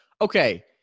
Okay